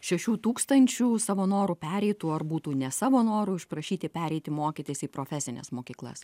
šešių tūkstančių savo noru pereitų ar būtų ne savo noru išprašyti pereiti mokytis į profesines mokyklas